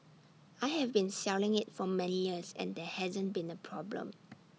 I have been selling IT for many years and there hasn't been A problem